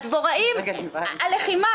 הלחימה